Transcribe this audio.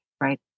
right